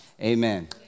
Amen